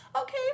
okay